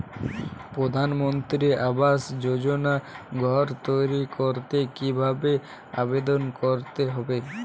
প্রধানমন্ত্রী আবাস যোজনায় ঘর তৈরি করতে কিভাবে আবেদন করতে হবে?